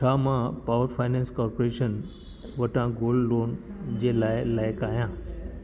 छा मां power finance corporation वटां गोल्ड लोन जे लाइ लाइक़ु आहियां